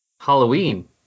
Halloween